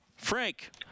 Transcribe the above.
frank